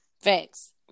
Facts